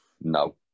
No